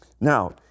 Now